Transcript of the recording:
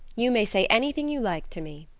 you may say anything you like to me.